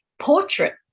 portrait